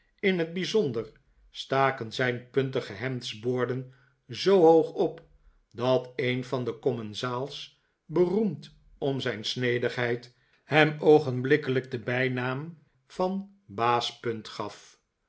in het bijzonder staken zijn puntige hemdsboorden zoo hoog op dat een van de commensaals beroemd om zijn snedigheid hem oogenblikkelijk den bijnaam van baas punt gaf